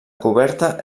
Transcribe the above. coberta